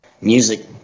music